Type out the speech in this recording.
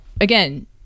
again